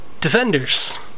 Defenders